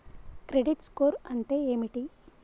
Credit score అంటే ఏమిటి?